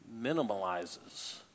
minimalizes